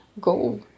goal